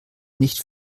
nicht